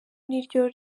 niryo